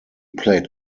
played